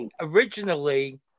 Originally